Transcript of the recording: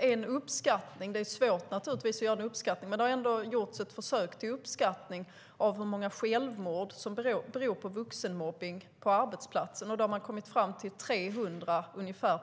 Det är naturligtvis svårt att göra en uppskattning, men det har ändå gjorts ett försök till uppskattning av hur många självmord som beror på vuxenmobbning på arbetsplatsen. Då har man kommit fram till ungefär 300